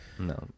No